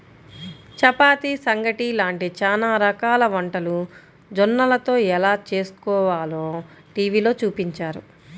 చపాతీ, సంగటి లాంటి చానా రకాల వంటలు జొన్నలతో ఎలా చేస్కోవాలో టీవీలో చూపించారు